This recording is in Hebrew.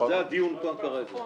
זה הדיון כאן כרגע.